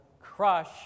crush